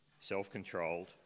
self-controlled